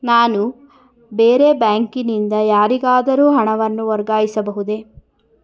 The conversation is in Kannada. ನಾನು ಬೇರೆ ಬ್ಯಾಂಕಿನಿಂದ ಯಾರಿಗಾದರೂ ಹಣವನ್ನು ವರ್ಗಾಯಿಸಬಹುದೇ?